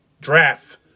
draft